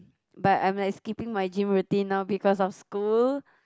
but I'm like skipping my gym routine now because of school